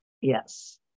Yes